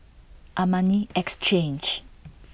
Armani Exchange